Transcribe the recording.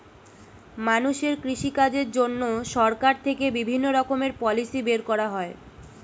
মানুষের কৃষি কাজের জন্য সরকার থেকে বিভিন্ন রকমের পলিসি বের করা হয়